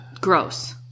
Gross